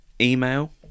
email